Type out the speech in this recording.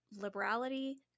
liberality